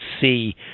see